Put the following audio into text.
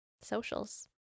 socials